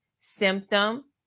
symptom